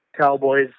Cowboys